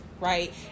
right